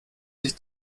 sich